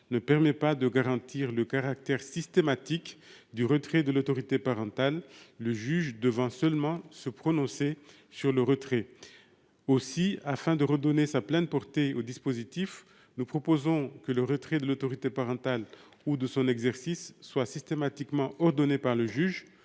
des lois ne garantit pas le caractère systématique du retrait de l'autorité parentale, le juge devant seulement se prononcer sur le sujet. Aussi, pour redonner sa pleine portée au dispositif, nous souhaitons que le retrait de l'autorité parentale ou de son exercice soit systématiquement ordonné par le juge,